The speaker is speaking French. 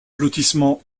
lotissement